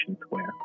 Square